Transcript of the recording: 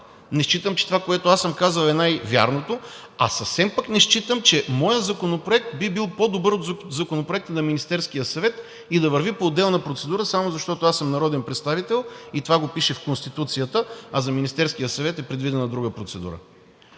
не считам, че това, което съм казал, е най-вярното, а съвсем пък не считам, че моят законопроект би бил по-добър от законопроекта на Министерския съвет и да върви по отделна процедура само защото аз съм народен представител и това го пише в Конституцията, а за Министерския съвет е предвидена друга процедура.